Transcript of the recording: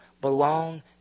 belong